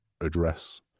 address